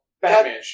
Batman